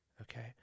Okay